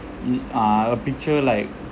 mm uh a picture like